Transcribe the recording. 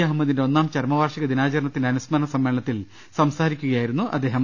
അഹമ്മദിന്റെ ഒന്നാം ചരമവാർഷികദിനാചര ണത്തിന്റെ അനുസ്മരണ സമ്മേളനത്തിൽ സംസാരിക്കുകയായിരുന്നു അദ്ദേഹം